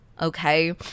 okay